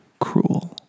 cruel